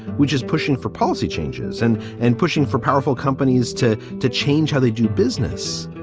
which is pushing for policy changes and and pushing for powerful companies to to change how they do business.